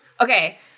Okay